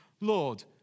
Lord